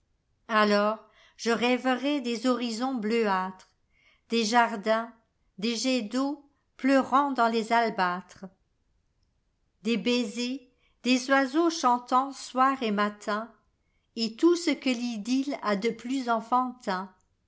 alors je rêverai des horizons bleuâtres des jardins des jets d'eau pleurant dans les albâtres des baisers des oiseaux chantant soir et matin et tout ce que l'idylle a de plus enfantin